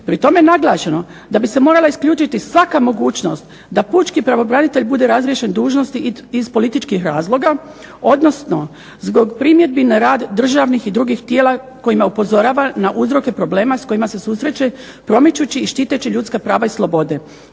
Pri tome je naglašeno da bi se morala isključiti svaka mogućnost da pučki pravobranitelj bude razriješen dužnosti iz političkih razloga, odnosno zbog primjedbi na rad državnih i drugih tijela kojima upozorava na uzroke problema sa kojima se susreće promičući i štiteći ljudska prava i slobode.